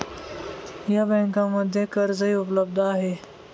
या बँकांमध्ये कर्जही उपलब्ध आहे